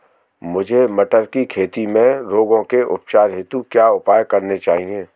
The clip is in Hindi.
मुझे मटर की खेती में रोगों के उपचार हेतु क्या उपाय करने चाहिए?